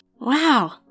Wow